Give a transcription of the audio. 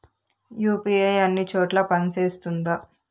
UPI అన్ని చోట్ల పని సేస్తుందా?